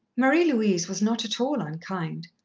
marie-louise was not at all unkind.